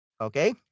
Okay